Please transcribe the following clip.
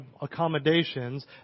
accommodations